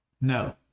No